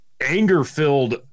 anger-filled